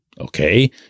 Okay